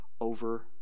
over